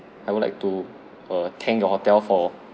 I would like to thank your hotel for